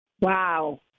wow